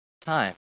time